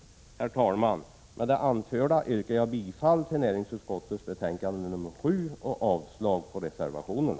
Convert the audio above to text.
Herr talman! Med det anförda yrkar jag bifall till näringsutskottets hemställan i betänkande 7 och avslag på reservationerna.